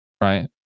right